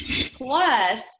Plus